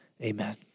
Amen